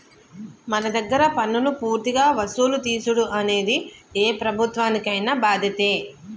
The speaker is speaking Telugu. మన దగ్గర పన్నులు పూర్తిగా వసులు తీసుడు అనేది ఏ ప్రభుత్వానికైన బాధ్యతే